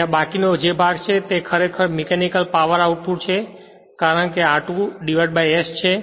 અને આ બાકીનો જે ભાગ છે તે આ ખરેખર છે મીકેનિકલ પાવર આઉટપુટ છે કારણ કે r2 s છે